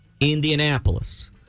Indianapolis